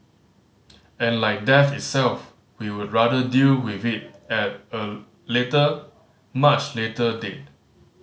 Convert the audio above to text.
and like death itself we would rather deal with it at a later much later date